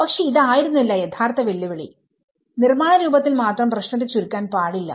പക്ഷേ ഇതായിരുന്നില്ല യഥാർത്ഥ വെല്ലുവിളി നിർമ്മാണ രൂപത്തിൽ മാത്രം പ്രശ്നത്തെ ചുരുക്കാൻ പാടില്ല